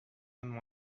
and